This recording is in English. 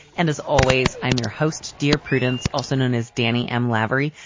and as always, i'm your host, dear prudence, also known as danny m. lavery.